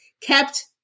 kept